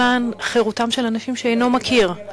למען חירותם של אנשים שאינו מכיר,